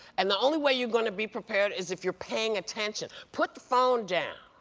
and the only way you're going to be prepared is if you're paying attention. put the phone down.